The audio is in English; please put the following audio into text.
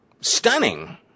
stunning